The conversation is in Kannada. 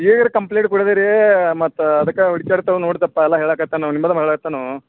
ಏರ್ ಕಂಪ್ಲೀಟ್ ಕೊಡದಿರೀ ಮತ್ತು ಅದಕ್ಕೆ ಹುಡ್ಕ್ಯಾಡ್ತವೆ ನೋಡಿ ದಪ್ಪಾ ಎಲ್ಲ ಹೇಳಕತ್ತಾನು ನಿಮದು ಭಾಳ ಇತ್ತನೂ